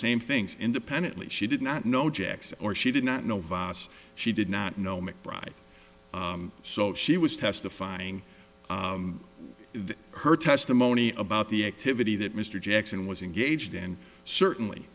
same things independently she did not know jacks or she did not know she did not know mcbride so she was testifying her testimony about the activity that mr jackson was engaged and certainly